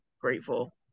grateful